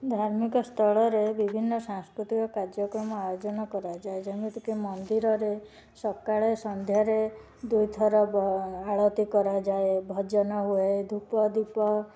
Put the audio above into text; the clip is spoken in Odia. ଧାର୍ମିକସ୍ଥଳରେ ବିଭିନ୍ନ ସାଂସ୍କୃତିକ କାର୍ଯ୍ୟକ୍ରମ ଆୟୋଜନ କରାଯାଏ ଯେମିତି କି ମନ୍ଦିରରେ ସକାଳେ ସନ୍ଧ୍ୟାରେ ଦୁଇଥର ଆଳତି କରାଯାଏ ଭଜନ ହୁଏ ଧୂପ ଦୀପ